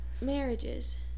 marriages